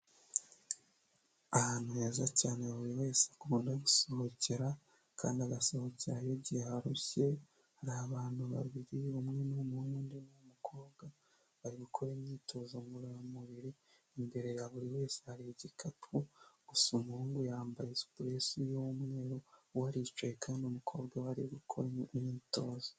Ahantu heza cyane buri wese akunda gusohokera kandi agasohokerayo igihe arushye, ni abantu babiri, umwe niumuhungu undi ni umukobwa, bari gukora imyitozo ngororamubiri, imbere ya buri wese hari igikapu, gusa umuhungu yambaye supuresi y'umweru we aricaye kandi umukobwa we ari gukora imyitozo.